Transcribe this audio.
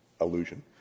illusion